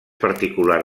particular